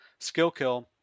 Skillkill